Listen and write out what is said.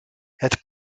het